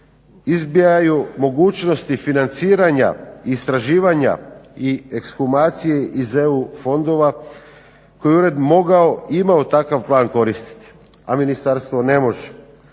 izbijaju mogućnosti financiranja istraživanja i ekshumacije iz EU fondova koji je ured mogao i imao takav plan koristiti, a ministarstvo ne može,